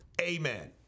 Amen